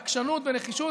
בעקשנות ובנחישות,